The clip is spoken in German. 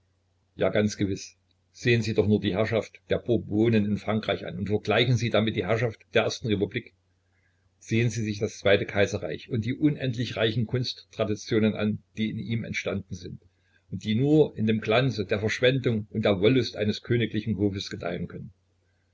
ja ganz gewiß sehn sie sich doch nur die herrschaft der bourbonen in frankreich an und vergleichen sie damit die herrschaft der ersten republik sehn sie sich das zweite kaiserreich und die unendlich reichen kunsttraditionen an die in ihm entstanden sind und die nur in dem glanze der verschwendung und der wollust eines königlichen hofes gedeihen können